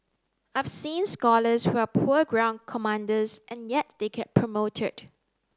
I've seen scholars who are poor ground commanders and yet they get promoted